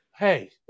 Hey